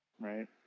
Right